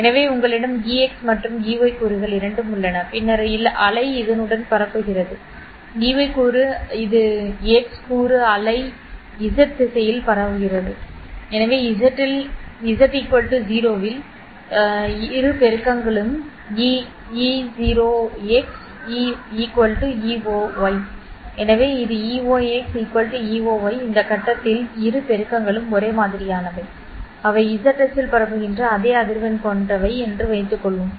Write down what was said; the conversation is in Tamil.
எனவே உங்களிடம் Ex மற்றும் Ey கூறுகள் இரண்டும் உள்ளன பின்னர் அலை இதனுடன் பரப்புகிறது Ey கூறு இது X கூறு அலை அலை z திசையில் பரப்புகிறது எனவே z 0 இல் இரு பெருக்கங்களும் Eox Eoy எனவே இது Eox Eoy இந்த கட்டத்தில் இரு பெருக்கங்களும் ஒரே மாதிரியானவை அவை z அச்சில் பரப்புகின்ற அதே அதிர்வெண் கொண்டவை என்று வைத்துக் கொள்வோம்